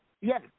Yes